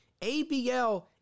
ABL